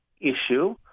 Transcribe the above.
issue